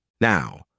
Now